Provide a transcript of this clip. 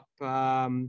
up